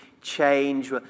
change